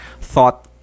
thought